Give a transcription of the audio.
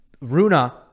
Runa